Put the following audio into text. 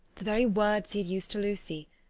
the very words he had used to lucy,